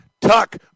Tuck